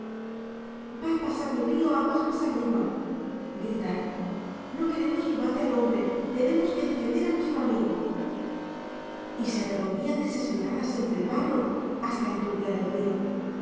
va a pasar el río aguas más arriba gritaron no queremos que mate al hombre tenemos que defender a nuestro amigo y se revolvían desesperadas entre el barro hasta enturbiar el río